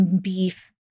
beef